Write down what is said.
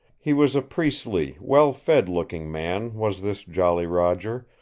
he was a priestly, well-fed looking man, was this jolly roger,